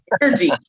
energy